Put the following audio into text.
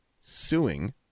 suing